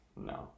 No